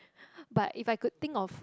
but if I could think of